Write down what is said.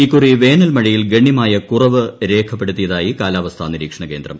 ഇക്കുറി വേനൽമഴയിൽ ഗണ്യമായ കുറവ് രേഖപ്പെടുത്തിയതായി കാലാവസ്ഥാ നിരീക്ഷണകേന്ദ്രം